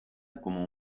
como